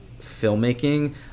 filmmaking